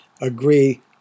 agree